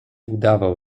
udawał